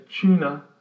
tuna